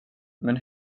men